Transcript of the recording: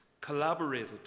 collaborated